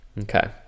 Okay